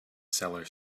cellar